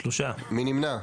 3 נמנעים,